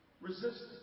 resistance